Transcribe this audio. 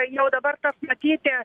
jau dabar tas matyti